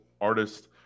artist